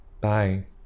bye